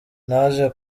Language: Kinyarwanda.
naje